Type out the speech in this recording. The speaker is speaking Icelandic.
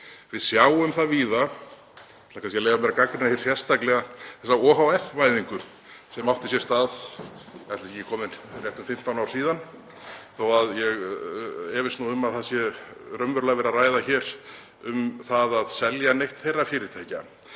Við sjáum það víða. Ég ætla kannski að leyfa mér að gagnrýna hér sérstaklega þá ohf.-væðingu sem átti sér stað, ætli það séu ekki komin rétt um 15 ár síðan, þó að ég efist nú um að það sé raunverulega verið að ræða hér um það að selja nokkurt þeirra fyrirtækja.